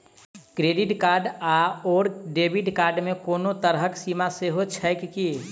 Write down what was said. Credit card आओर debit card मे कोनो तरहक सीमा सेहो छैक की?